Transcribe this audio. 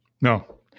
No